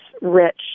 rich